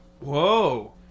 whoa